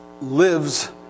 lives